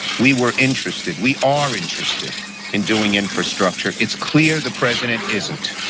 we were interested, we are interested in doing infrastructure, it's clear the president isn't.